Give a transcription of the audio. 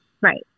right